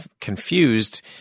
confused